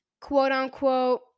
quote-unquote